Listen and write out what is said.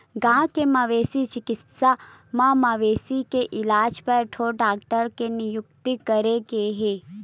गाँव के मवेशी चिकित्सा म मवेशी के इलाज बर ढ़ोर डॉक्टर के नियुक्ति करे गे हे